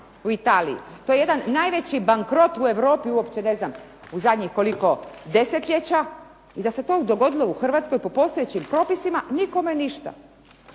u Italiji, to je jedan najveći bankrot u Europi u zadnjih koliko desetljeća, i da se to dogodilo u Hrvatskoj po postojećim propisima nikome ništa,